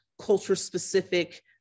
culture-specific